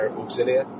auxilia